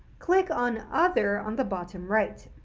click on other on the bottom right.